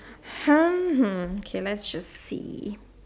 K let's just see